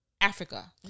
Africa